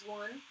one